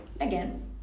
Again